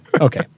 Okay